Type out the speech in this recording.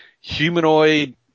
humanoid